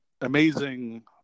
amazing